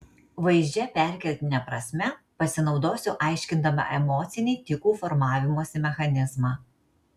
vaizdžia perkeltine prasme pasinaudosiu aiškindama emocinį tikų formavimosi mechanizmą